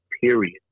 period